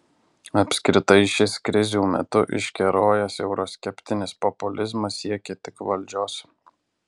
apskritai šis krizių metu iškerojęs euroskeptinis populizmas siekia tik valdžios